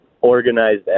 organized